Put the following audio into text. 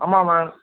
ஆமாம் மேம்